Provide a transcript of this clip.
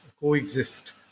coexist